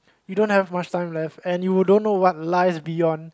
you don't have much time left and you don't know what lies beyond